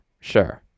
Sure